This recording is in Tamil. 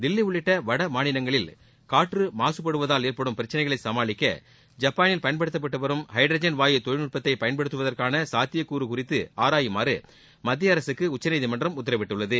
தில்லி உள்ளிட்ட வடமாநிலங்களில் காற்றுமாகபடுவதால் ஏற்படும் பிரச்சினையை சமாளிக்க ஜப்பானில் பயன்படுத்தப்பட்டு வரும் ஹைட்ரஜன் வாயு தொழில்நட்பத்தை பயன்படுத்துவதற்கான சாத்தியக்கூறு குறித்து ஆராயுமாறு மத்தியஅரசுக்கு உச்சநீதிமன்றம் உத்தரவிட்டுள்ளது